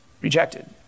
rejected